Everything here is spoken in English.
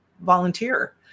volunteer